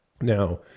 Now